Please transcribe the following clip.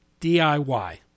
DIY